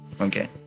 Okay